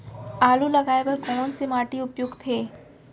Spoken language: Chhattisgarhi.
आलू लगाय बर कोन से माटी उपयुक्त हे?